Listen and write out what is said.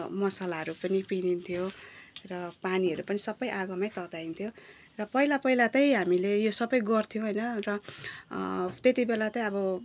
मसालाहरू पनि पिँधिन्थ्यो र पानीहरू पनि सबै आगोमै तताइन्थ्यो र पहिला पहिला त हामीले यो सबै गर्थ्यौँ होइन र त्यति बेला त अब